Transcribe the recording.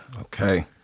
Okay